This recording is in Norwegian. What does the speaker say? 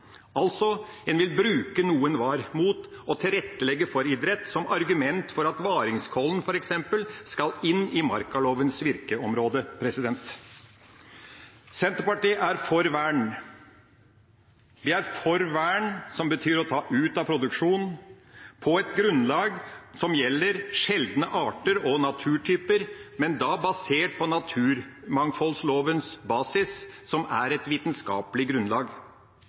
En vil altså bruke noe en var mot og tilrettelegge for idrett som argument for at f.eks. Varingskollen skal inn i markalovens virkeområde. Senterpartiet er for vern. Vi er for vern som betyr å ta ut av produksjon på et grunnlag som gjelder sjeldne arter og naturtyper, men da basert på naturmangfoldlovens basis, som er et vitenskapelig grunnlag.